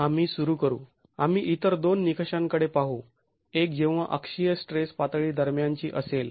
आम्ही सुरू करू आम्ही इतर दोन निकषांकडे पाहू एक जेव्हा अक्षीय स्ट्रेस पातळी दरम्यानची असेल